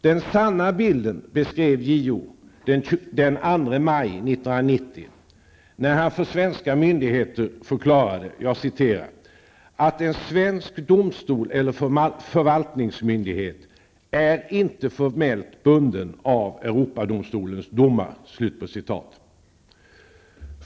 Den sanna bilden beskrev JO den 2 maj 1990, när han för svenska myndigheter förklarade ''att en svensk domstol eller förvaltningsmyndighet inte formellt bunden av Europadomstolens domar''.